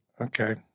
Okay